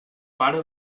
pare